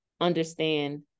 understand